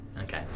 Okay